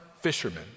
fishermen